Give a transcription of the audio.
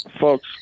Folks